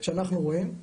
שאנחנו רואים,